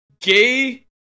gay